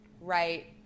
Right